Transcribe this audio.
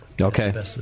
Okay